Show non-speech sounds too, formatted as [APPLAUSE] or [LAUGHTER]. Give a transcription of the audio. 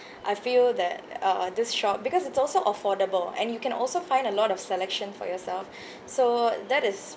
[BREATH] I feel that uh this shop because it's also affordable and you can also find a lot of selection for yourself [BREATH] so that is